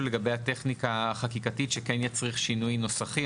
לגבי הטכניקה החקיקתית שמצריך שינוי נוסחי,